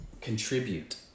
contribute